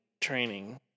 training